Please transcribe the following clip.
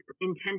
intended